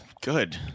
good